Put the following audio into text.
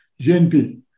GNP